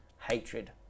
hatred